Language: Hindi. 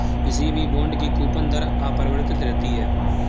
किसी भी बॉन्ड की कूपन दर अपरिवर्तित रहती है